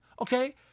okay